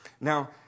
Now